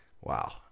wow